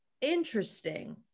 Interesting